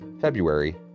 February